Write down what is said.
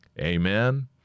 Amen